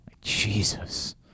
Jesus